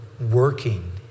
working